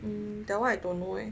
that one I don't know leh